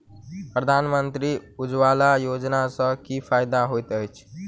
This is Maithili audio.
प्रधानमंत्री उज्जवला योजना सँ की फायदा होइत अछि?